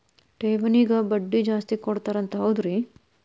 ಠೇವಣಿಗ ಬಡ್ಡಿ ಜಾಸ್ತಿ ಕೊಡ್ತಾರಂತ ಹೌದ್ರಿ?